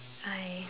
I